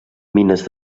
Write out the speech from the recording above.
mines